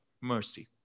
mercy